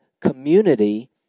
community